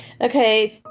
Okay